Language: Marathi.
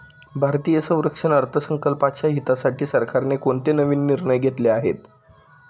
भारतीय संरक्षण अर्थसंकल्पाच्या हितासाठी सरकारने कोणते नवीन निर्णय घेतले आहेत?